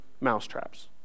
mousetraps